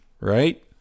right